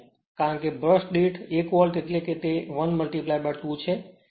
કારણ કે બ્રશ દીઠ 1 વોલ્ટ એટલે કે તે 1 2 છે